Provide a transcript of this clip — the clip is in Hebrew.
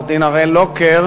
עורך-דין הראל לוקר,